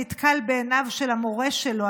נתקל בעיניו של המורה שלו,